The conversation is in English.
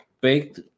baked